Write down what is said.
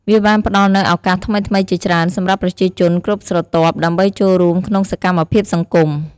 វាបានផ្ដល់នូវឱកាសថ្មីៗជាច្រើនសម្រាប់ប្រជាជនគ្រប់ស្រទាប់ ដើម្បីចូលរួមក្នុងសកម្មភាពសង្គម។